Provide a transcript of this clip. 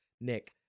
Nick